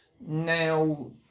now